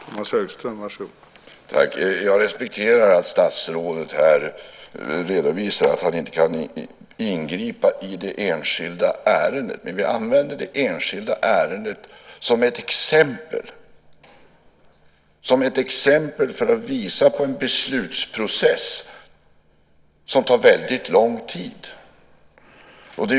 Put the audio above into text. Herr talman! Jag respekterar att statsrådet redovisar att han inte kan ingripa i det enskilda ärendet. Men vi använder det enskilda ärendet som exempel för att visa på en beslutsprocess som tar väldigt lång tid.